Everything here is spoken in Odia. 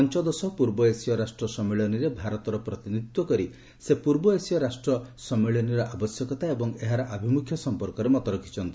ପଞ୍ଚଦଶ ପୂର୍ବ ଏସୀୟ ରାଷ୍ଟ୍ର ସମ୍ମିଳନୀରେ ଭାରତର ପ୍ରତିନିଧିତ୍ୱ କରି ସେ ପୂର୍ବ ଏସୀୟ ରାଷ୍ଟ୍ର ସମ୍ମିଳନୀର ଆବଶ୍ୟକତା ଏବଂ ଏହାର ଆଭିମୁଖ୍ୟ ସମ୍ପର୍କରେ ମତ ରଖିଛନ୍ତି